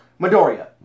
Midoriya